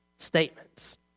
statements